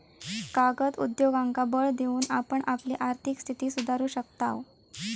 कागद उद्योगांका बळ देऊन आपण आपली आर्थिक स्थिती सुधारू शकताव